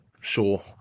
sure